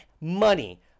money